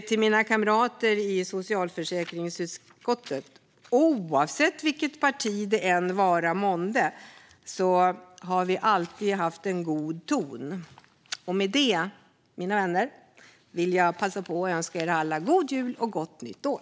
Till mina kamrater i utskottet vill jag säga att oavsett partitillhörighet har vi alltid haft en god ton. Mina vänner! Jag önskar er alla god jul och gott nytt år.